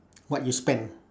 what you spend